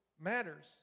Matters